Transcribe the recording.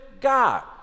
God